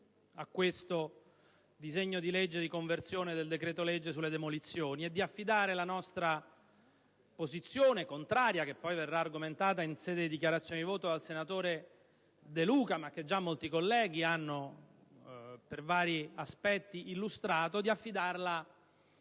a questo disegno di legge di conversione del decreto-legge sulle demolizioni e di affidare la nostra posizione contraria - che verrà poi argomentata in sede di dichiarazione di voto dal senatore De Luca, ma che già molti colleghi hanno per vari aspetti illustrato - a